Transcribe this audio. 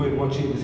what